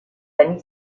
amie